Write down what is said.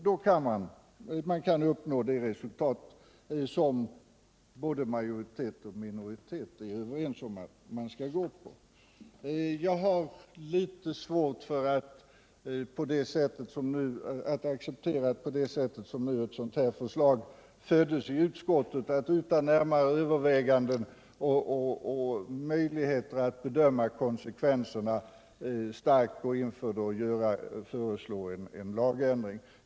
Då kan man uppnå det resultat som både majoritet och minoritet vill uppnå. Det förslag som framkastades i utskottet har jag litet svårt att acceptera utan närmare överväganden och möjligheter till bedömning av konsekvenserna.